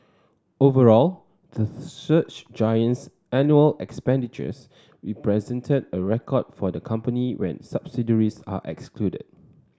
overall the search giant's annual expenditures represented a record for the company when subsidiaries are excluded